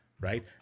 right